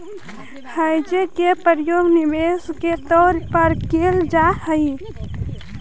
hedge के प्रयोग निवेश के तौर पर कैल जा हई